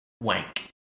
wank